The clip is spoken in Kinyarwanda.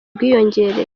bwiyongereye